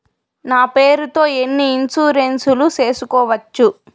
నా పేరుతో ఎన్ని ఇన్సూరెన్సులు సేసుకోవచ్చు?